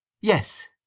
Yes